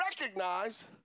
recognize